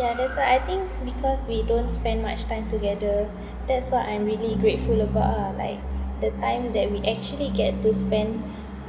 ya that's why I think because we don't spend much time together that's what I'm really grateful about ah like the times that we actually get to spend